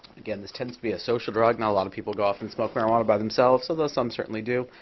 again, this tends to be a social drug. not a lot of people go off and smoke marijuana by themselves, although some certainly do.